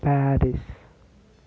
Paris